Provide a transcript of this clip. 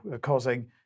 causing